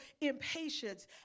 impatience